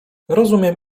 rozumiem